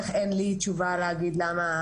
אז בטח שאין לי תשובה להגיד למה.